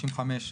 55,